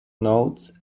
nodes